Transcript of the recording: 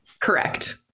Correct